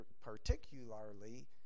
particularly